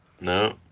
No